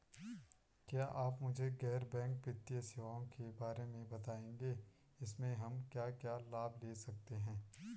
क्या आप मुझे गैर बैंक वित्तीय सेवाओं के बारे में बताएँगे इसमें हम क्या क्या लाभ ले सकते हैं?